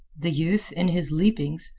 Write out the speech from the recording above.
the youth, in his leapings,